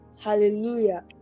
Hallelujah